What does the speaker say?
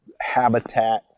habitat